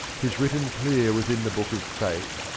tis written clear within the book of fate,